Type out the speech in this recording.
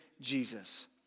Jesus